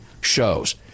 shows